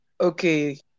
okay